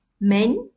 men